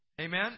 Amen